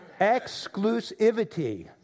Exclusivity